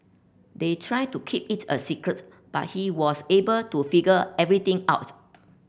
they tried to keep it a secret but he was able to figure everything out